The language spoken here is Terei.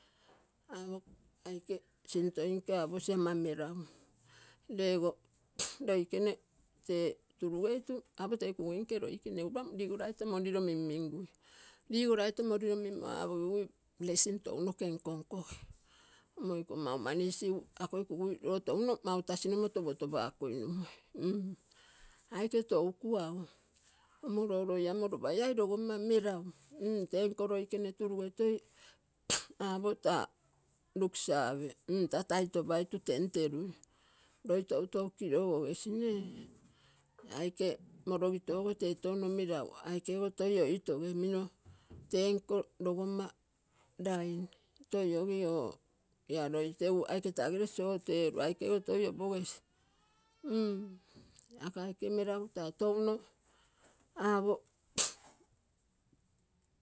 Ako aike sintoinke aposi ama melagu lego loikene tee turugeitu apo tee kuguinke loikene egu lopa ligoraito moriro minmingui. Ligoraito moriro minmo aapogigui prasing tounoke nko nkogi. Mmo iko maumani isigu akoi kugui touno mau tasi no moto uotopakoinugui aike tou kua go amo loo loi amo lopa ia logomma melagu tenko taitopai tu tenterui. loi toutou kirogo gesi nee. Aike morogito ogo tee touno melagu aike go toi oitogemino tenko logomma raini toi ogii or ia loi tegu aike tagere sot ee ru aike go toi opogesi. Ako aike melagu taa touno apo.